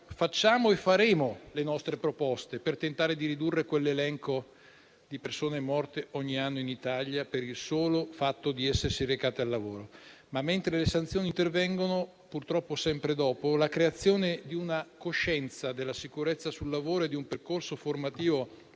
facciamo e faremo le nostre proposte per tentare di ridurre quell'elenco di persone morte ogni anno in Italia per il solo fatto di essersi recate al lavoro. Mentre le sanzioni intervengono (purtroppo sempre dopo), è però certamente da incoraggiare la creazione di una coscienza della sicurezza sul lavoro e di un percorso formativo